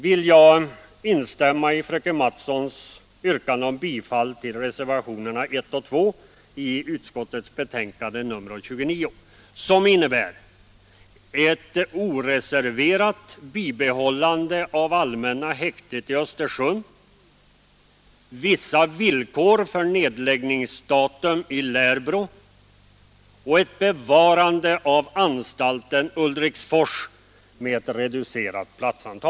Före den tidpunkten bör en upprustning av bostadsutrymmena utan större kostnader också kunna ske.